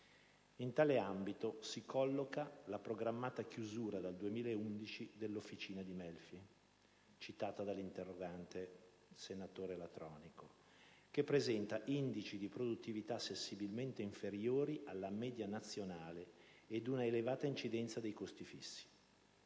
In tale ambito si colloca la programmata chiusura dal 2011 dell'Officina di Melfi citata dall'interrogante, senatore Latronico, che presenta indici di produttività sensibilmente inferiori alla media nazionale e una elevata incidenza dei costi fissi.